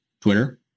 Twitter